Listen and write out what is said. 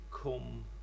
come